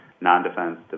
non-defense